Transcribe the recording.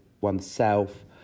oneself